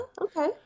okay